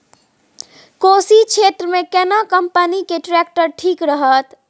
कोशी क्षेत्र मे केना कंपनी के ट्रैक्टर ठीक रहत?